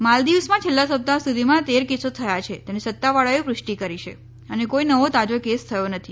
માલદિવ્સમાં છેલ્લા સપ્તાહ સુધીમાં તેર કેસો થયા છે તેની સત્તાવાળાઓએ પુષ્ટી કરી છે અને કોઇ નવો તાજો કેસ થયો નથી